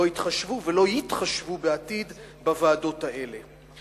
לא התחשבו ולא יתחשבו בעתיד בוועדות האלה.